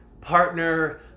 partner